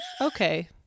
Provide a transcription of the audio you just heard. okay